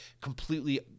completely